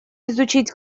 изучить